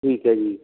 ਠੀਕ ਹੈ ਜੀ